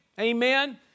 Amen